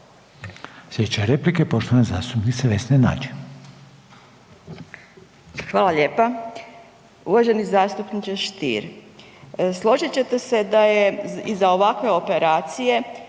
Sljedeća replika je poštovane zastupnice Vesne Nađ. **Nađ, Vesna (SDP)** Hvala lijepa. Uvaženi zastupniče Stier, složit ćete se da je iza ovakve operacije